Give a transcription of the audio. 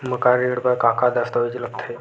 मकान ऋण बर का का दस्तावेज लगथे?